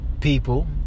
people